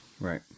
Right